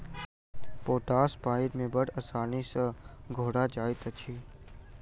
potash पाइन मे बड़ आसानी सॅ घोरा जाइत अछि